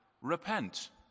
repent